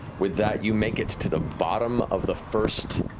with that you make it to the bottom of the first